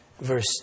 verse